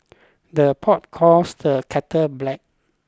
the pot calls the kettle black